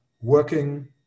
working